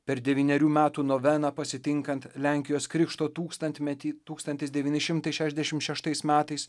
per devynerių metų noveną pasitinkant lenkijos krikšto tūkstantmetį tūkstantis devyni šimtai šešiasdešimt šeštais metais